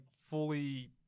fully